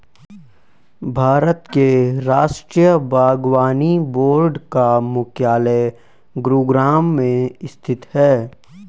भारत के राष्ट्रीय बागवानी बोर्ड का मुख्यालय गुरुग्राम में स्थित है